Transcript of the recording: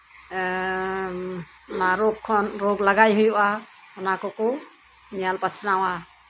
ᱮᱜ ᱟᱨᱳᱯ ᱠᱷᱚᱱ ᱨᱳᱜ ᱞᱟᱜᱟᱭ ᱦᱩᱭᱩᱜᱼᱟ ᱚᱱᱟ ᱠᱚᱠᱚ ᱧᱮᱞ ᱯᱟᱥᱱᱟᱣᱟ